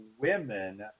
women